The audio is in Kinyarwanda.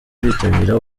bitabira